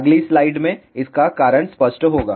अगली स्लाइड से इसका कारण स्पष्ट होगा